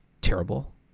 terrible